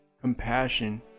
compassion